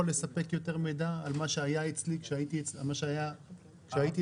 לספק יותר מידע על מה שהיה אצלי כשהייתי אצלו?